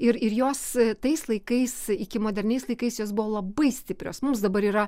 ir ir jos tais laikais iki moderniais laikais jos buvo labai stiprios mums dabar yra